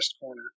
corner